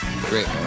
Great